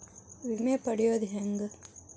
ವಿಮೆ ಪಡಿಯೋದ ಹೆಂಗ್?